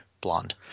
blonde